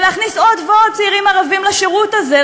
ולהכניס עוד ועוד צעירים ערבים לשירות הזה,